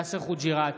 יאסר חוג'יראת,